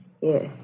Yes